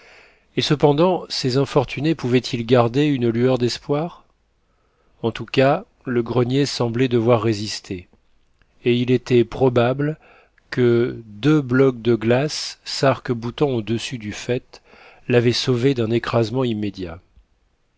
et cependant ces infortunés pouvaient-ils garder une lueur d'espoir en tout cas le grenier semblait devoir résister et il était probable que deux blocs de glace sarc boutant au-dessus du faîte l'avaient sauvé d'un écrasement immédiat